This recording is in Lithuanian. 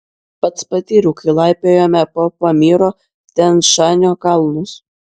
pats patyriau kai laipiojome po pamyro tian šanio kalnus